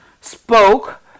spoke